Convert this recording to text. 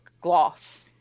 gloss